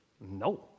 No